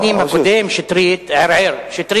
שר הפנים הקודם, שטרית,